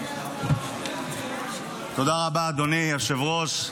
תודה רבה, אדוני היושב-ראש.